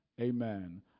Amen